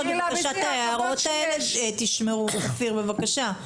בבקשה תשמרו את ההערות האלה.